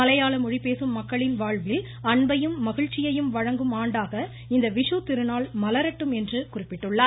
மலையாள மொழி பேசும் மக்களின் வாழ்வில் அன்பையும் மகிழ்ச்சியையும் வழங்கும் ஆண்டாக இந்த விஷு திருநாள் மலரட்டும் என்று குறிப்பிட்டுள்ளார்